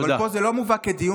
אבל פה זה לא מובא כדיון,